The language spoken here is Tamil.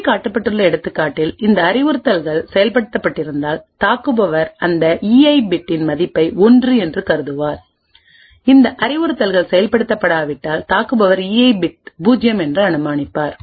இங்கே காட்டப்பட்டுள்ள எடுத்துக்காட்டில் இந்த அறிவுறுத்தல்கள் செயல்படுத்தப்பட்டிருந்தால் தாக்குபவர் அந்த ஈ ஐ E iபிட்டின் மதிப்பை ஒன்று என்று கருதுவார் இந்த அறிவுறுத்தல்கள் செயல்படுத்தப்படாவிட்டால் தாக்குபவர் E I E i bit பூஜ்ஜியம் என்று அனுமானிப்பார்